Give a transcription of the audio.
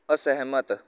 ਅਸਹਿਮਤ